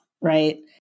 right